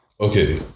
Okay